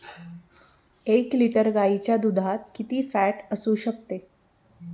एक लिटर गाईच्या दुधात किती फॅट असू शकते?